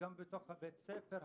גם בתוך בית הספר,